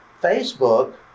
Facebook